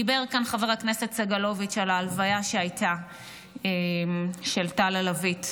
דיבר כאן חבר הכנסת סגלוביץ' על הלוויה של טל שביט.